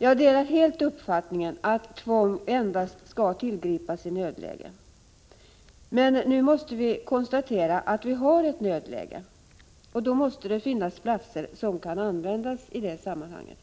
Jag delar helt uppfattningen att tvång skall tillgripas endast i nödläge, men nu måste vi konstatera att vi har ett nödläge, och då måste det finnas platser som kan användas i det sammanhanget.